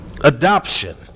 Adoption